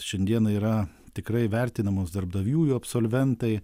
šiandieną yra tikrai vertinamos darbdavių jų absolventai